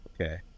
okay